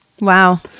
Wow